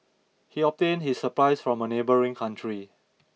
he obtained his supplies from a neighbouring country